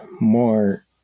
more